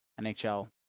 NHL